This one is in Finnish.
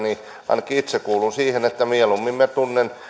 ainakin itse kuulun siihen että mieluummin minä tunnen